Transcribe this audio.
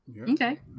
okay